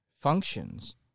functions